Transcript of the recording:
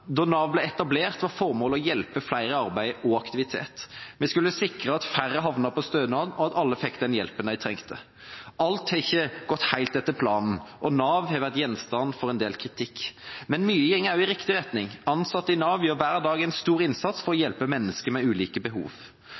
Da Nav ble etablert, var formålet å hjelpe flere i arbeid og aktivitet. Vi skulle sikre at færre havnet på stønad, og at alle fikk den hjelpen de trengte. Alt har ikke gått helt etter planen, og Nav har vært gjenstand for en del kritikk. Men mye går også i riktig retning. Ansatte i Nav gjør hver dag en stor innsats for å hjelpe mennesker med ulike behov.